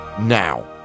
now